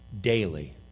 daily